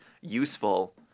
useful